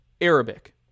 Arabic